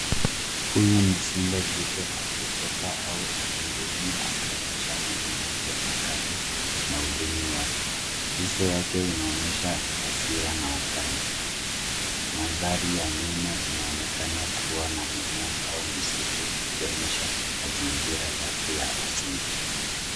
Huyu ni simba jike akifoka au akinguruma akionyesha meno yake makali na ulimi wake. Uso wake unaonyesha hasira na ukali. Mandhari ya nyuma inaonekana kuwa na mimea au msitu ikionyesha mazingira yake ya asili.